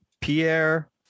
Pierre –